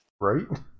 Right